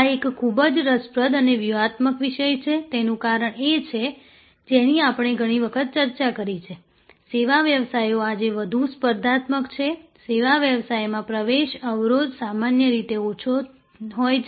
આ એક ખૂબ જ રસપ્રદ અને વ્યૂહાત્મક વિષય છે તેનું કારણ એ છે જેની આપણે ઘણી વખત ચર્ચા કરી છે સેવા વ્યવસાયો આજે વધુ સ્પર્ધાત્મક છે સેવા વ્યવસાયમાં પ્રવેશ અવરોધ સામાન્ય રીતે ઓછો હોય છે